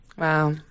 Wow